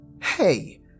hey